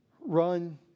Run